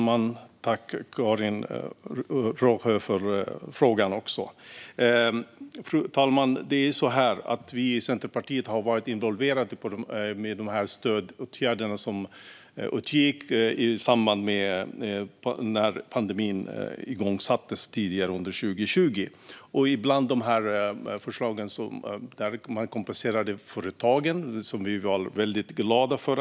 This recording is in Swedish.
Fru talman! Jag tackar Karin Rågsjö för frågan. Vi i Centerpartiet har varit involverade i de stödåtgärder som vidtogs när pandemin startade under 2020. Man kompenserade bland annat företagen, vilket vi var väldigt glada för.